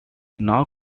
now